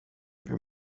wir